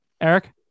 Eric